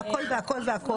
והכול והכול והכול,